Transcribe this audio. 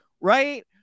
right